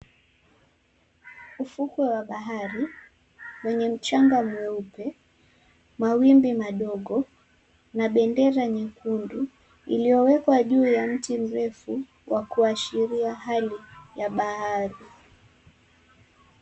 Ufukwe wa bahari wenye mchanga mweupe, mawimbi madogo na bendera nyekundu iliyowekwa juu ya mti mrefu wa kuashiria hali ya bahari.